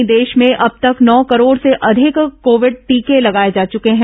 वहीं देश में अब तक नौ करोड़ से अधिक कोविड टीके लगाए जा चुके हैं